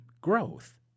growth